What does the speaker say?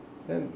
then